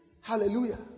Hallelujah